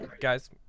Guys